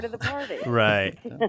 Right